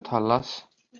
tħallas